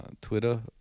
twitter